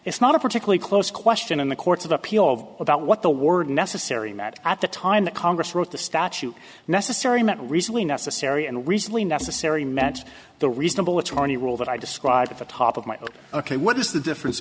it's not a particularly close question in the courts of appeal of about what the word necessary met at the time that congress wrote the statute necessary met recently necessary and recently necessary met the reasonable it's already rule that i described at the top of my ok what is the difference